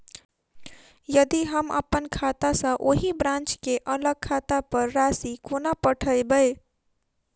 यदि हम अप्पन खाता सँ ओही ब्रांच केँ अलग खाता पर राशि कोना पठेबै?